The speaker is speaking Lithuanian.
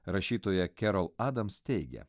rašytoja kėral adams teigia